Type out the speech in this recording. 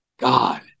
God